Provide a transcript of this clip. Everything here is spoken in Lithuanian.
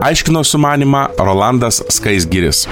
aiškino sumanymą rolandas skaisgiris